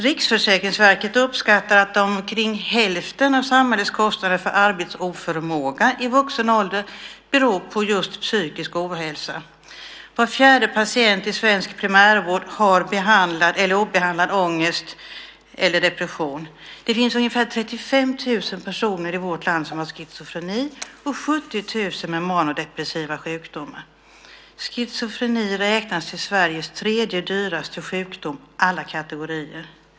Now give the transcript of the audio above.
Riksförsäkringsverket uppskattar att omkring hälften av samhällets kostnader för arbetsoförmåga i vuxen ålder beror på just psykisk ohälsa. Var fjärde patient i svensk primärvård har behandlad eller obehandlad ångest eller depression. Det finns ungefär 35 000 personer i vårt land som har schizofreni och 70 000 med manodepressiva sjukdomar. Schizofreni räknas som Sveriges tredje dyraste sjukdom alla kategorier.